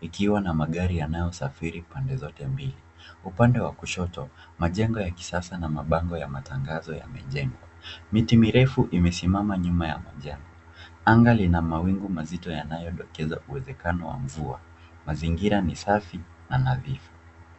ikiwa na magari yanayosafiri pande zote mbili. Upande wa kushoto majengo ya kisasa na mabango ya matangazo ya yamejengwa. Miti mirefu imesimama nyuma ya majengo. Anga lina mawingu mazito yanayodokeza uwezekana wa mvua. Mazingira ni safi na nadhifu.